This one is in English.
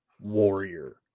warrior